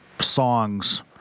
songs